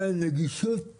נגישות